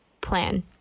plan